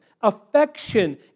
affection